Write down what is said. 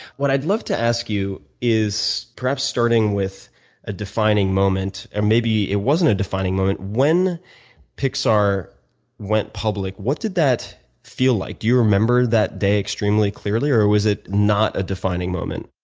what i'd love to ask you is perhaps starting with a defining moment. and maybe it wasn't a defining moment. when pixar went public, what did that feel like? do you remember that day extremely clearly or or was it not a defining moment?